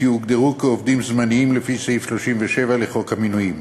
שיוגדרו כעובדים זמניים לפי סעיף 37 לחוק המינויים,